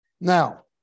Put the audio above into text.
Now